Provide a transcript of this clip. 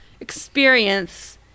experience